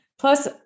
Plus